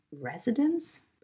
residents